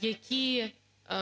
які